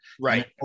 right